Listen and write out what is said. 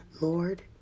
Lord